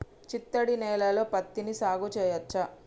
చిత్తడి నేలలో పత్తిని సాగు చేయచ్చా?